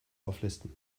auflisten